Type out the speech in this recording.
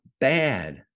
bad